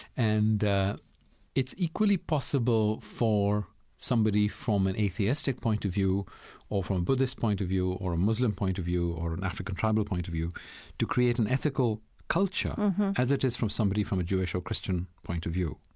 and it's equally possible for somebody from an atheistic point of view or from a buddhist point of view or a muslim point of view or an african tribal point of view to create an ethical culture as it is from somebody from a jewish or christian point of view.